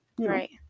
right